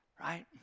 Right